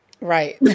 Right